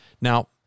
Now